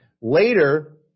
Later